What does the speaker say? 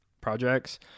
projects